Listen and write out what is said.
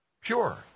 pure